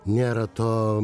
nėra to